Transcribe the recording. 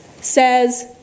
says